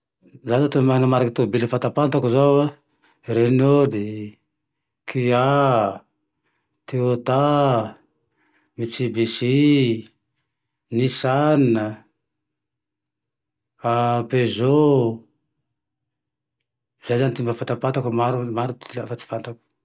Zaho zao ty mahay mariky tomabily fantampatako zao, renauly, kia, teota, mitsibishi, nisan a, ah pegeot, zay zane ty mba fantampatako fa maro-maro ty lafa tsy fantako.